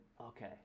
okay